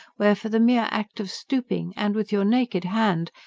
where, for the mere act of stooping, and with your naked hand,